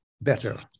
Better